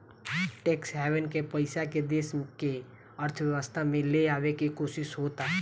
tax haven के पइसा के देश के अर्थव्यवस्था में ले आवे के कोशिस होता